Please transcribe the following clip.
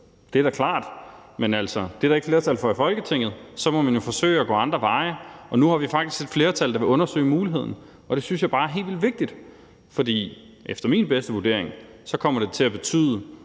Det er da klart. Men altså, det er der ikke flertal for i Folketinget, og så må man jo forsøge at gå andre veje. Nu har vi faktisk et flertal, der vil undersøge muligheden, og det synes jeg bare er helt vildt vigtigt. Efter min bedste vurdering kommer det til at betyde,